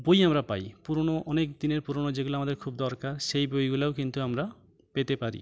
বই আমরা পাই পুরোনো অনেক দিনের পুরোনো যেগুলো আমাদের খুব দরকার সেই বইগুলোও কিন্তু আমরা পেতে পারি